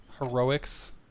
Heroics